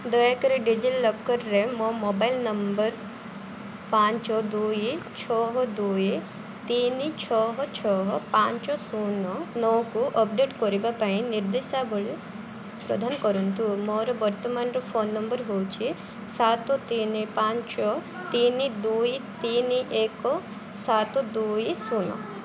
ଦୟାକରି ଡିଜିଲକରରେ ମୋ ମୋବାଇଲ୍ ନମ୍ବର ପାଞ୍ଚ ଦୁଇ ଛଅ ଦୁଇ ତିନି ଛଅ ଛଅ ପାଞ୍ଚ ଶୂନ ନଅକୁ ଅପଡ଼େଟ୍ କରିବା ପାଇଁ ନିର୍ଦ୍ଦେଶାବଳୀ ପ୍ରଦାନ କରନ୍ତୁ ମୋର ବର୍ତ୍ତମାନର ଫୋନ ନମ୍ବର ହେଉଛି ସାତ ତିନି ପାଞ୍ଚ ତିନି ଦୁଇ ତିନି ଏକ ସାତ ଦୁଇ ଶୂନ